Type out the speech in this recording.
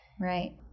Right